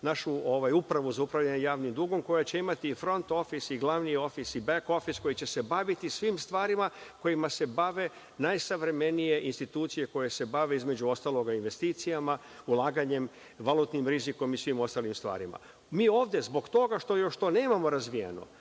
našu Upravu za upravljanje javnim dugom, koja će imati i front ofis i glavni ofis i bek ofis, koja će se baviti svim stvarima kojima se bave najsavremenije institucije koje se bave, između ostalog, investicijama, ulaganjem, valutnim rizikom i svim ostalim stvarima. Mi ovde zbog toga što još to nemamo razvijeno